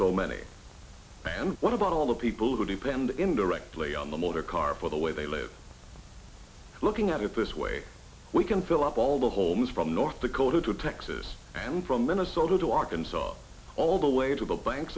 so many and what about all the people who depend indirectly on the motor car for the way they live looking at it this way we can fill up all the homes from north dakota to texas and from minnesota to arkansas all the way to the bank